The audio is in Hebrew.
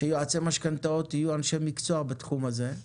שיועצי משכנתאות יהיו אנשי מקצוע בתחום הזה,